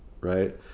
Right